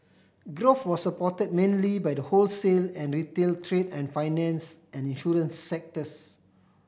growth was supported mainly by the wholesale and retail trade and finance and insurance sectors